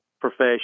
profession